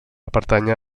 pertànyer